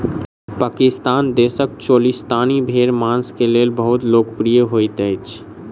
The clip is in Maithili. पाकिस्तान देशक चोलिस्तानी भेड़ मांस के लेल बहुत लोकप्रिय होइत अछि